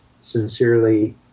sincerely